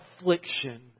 affliction